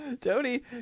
Tony